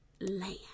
land